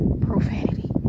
profanity